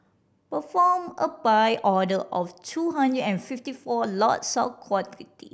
perform a Buy order of two hundred and fifty four lots of equity